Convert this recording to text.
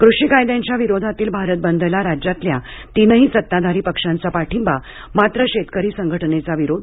कृषी कायद्यांच्या विरोधातील भारत बंदला राज्यातल्या तीनही सत्ताधारी पक्षांचा पाठिंबा मात्र शेतकरी संघटनेचा विरोध